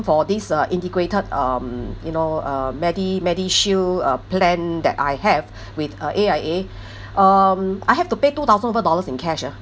for this uh integrated um you know uh medi~ medishield uh plan that I have with uh A_I_A um I have to pay two thousand over dollars in cash ah